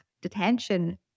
detention